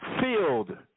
filled